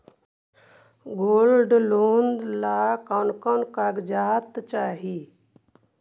Gold loan ला कौन कौन कागजात चाही?